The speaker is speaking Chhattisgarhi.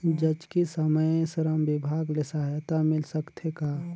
जचकी समय श्रम विभाग ले सहायता मिल सकथे का?